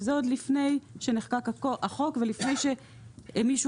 וזה עוד לפני שנחקק החוק ולפני שמישהו